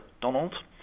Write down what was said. Donald